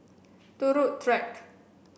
Turut Track